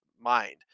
mind